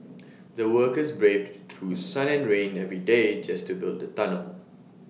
the workers braved through sun and rain every day just to build the tunnel